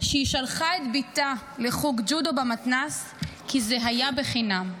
שהיא שלחה את בתה לחוג ג'ודו במתנ"ס כי זה היה בחינם.